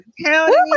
County